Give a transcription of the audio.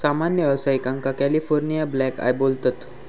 सामान्य व्यावसायिकांका California black eye बोलतत